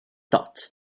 thought